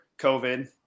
COVID